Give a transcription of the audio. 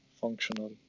functional